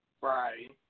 Right